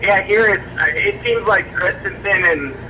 yeah. here it seems like kristensen and